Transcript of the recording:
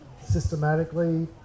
systematically